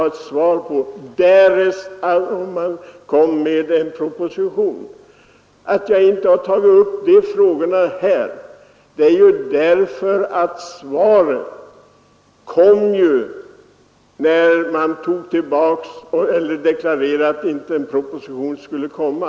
Att jag i dag inte har velat ta upp dessa frågor beror på att jag fick svar när det deklarerades att propositionen inte skulle komma.